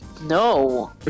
No